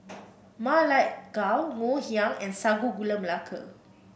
Ma Lai Gao Ngoh Hiang and Sago Gula Melaka